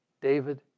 David